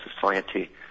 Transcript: society